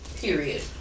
Period